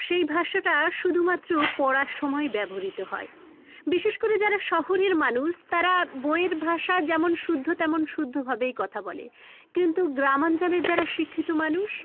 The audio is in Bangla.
সেই ভাষাটা শুধুমাত্র পড়ার সময় ব্যবহৃত হয় বিশেষ করে যারা শহরের মানুষ তারা বইয়ের ভাষা যেমন শুদ্ধ তেমন শুদ্ধভাবেই কথা বলে কিন্তু গ্রামাঞ্চলের যারা শিক্ষিত মানুষ